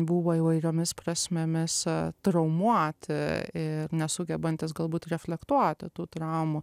buvo įvairiomis prasmėmis traumuoti ir nesugebantys galbūt reflektuoti tų traumų